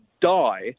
die